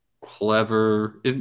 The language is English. clever